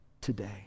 today